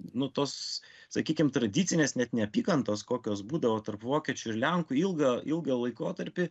nu tos sakykim tradicinės net neapykantos kokios būdavo tarp vokiečių ir lenkų ilgą ilgą laikotarpį